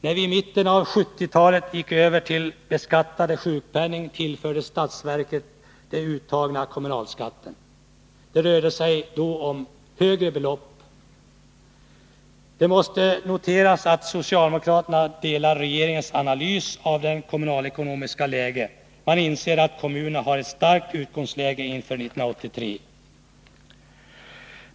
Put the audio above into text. När vi i mitten av 1970-talet gick över till beskattad sjukpenning tillfördes statsverket den uttagna kommunalskatten. Det rörde sig då om högre belopp än nu. Det måste noteras att socialdemokraterna instämmer i regeringens analys av det kommunalekonomiska läget. Man inser att kommunerna har ett starkt utgångsläge inför 1983.